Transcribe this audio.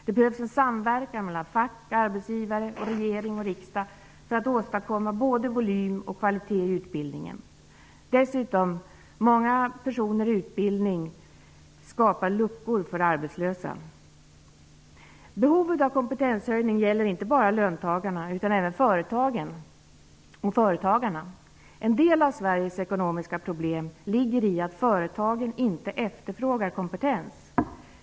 Det behövs en samverkan mellan fack, arbetsgivare, regering och riksdag för att åstadkomma både volym och kvalitet i utbildningen. Dessutom: Många personer i utbildning skapar luckor för arbetslösa. Behovet av kompetenshöjning gäller inte bara löntagarna utan även företagen och företagarna. En del av Sveriges ekonomiska problem ligger i att företagen inte efterfrågar kompetens.